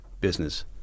business